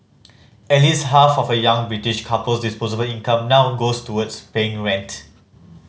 at least half of a young British couple's disposable income now goes towards paying rent